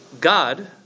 God